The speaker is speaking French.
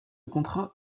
contrat